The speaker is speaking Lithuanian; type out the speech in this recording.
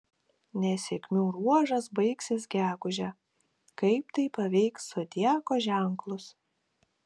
nesėkmių ruožas baigsis gegužę kaip tai paveiks zodiako ženklus